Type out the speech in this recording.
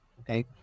Okay